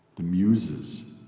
the muses